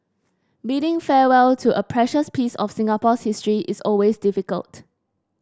bidding farewell to a precious piece of Singapore's history is always difficult